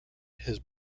his